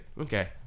Okay